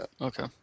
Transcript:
okay